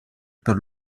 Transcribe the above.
per